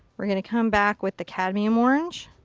we're going to come back with the cadmium orange.